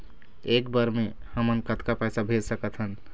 एक बर मे हमन कतका पैसा भेज सकत हन?